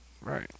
Right